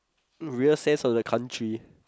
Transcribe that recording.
um real sense of the country